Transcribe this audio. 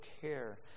care